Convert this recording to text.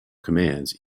commands